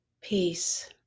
peace